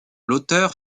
l’auteur